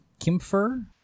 kimfer